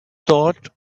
thought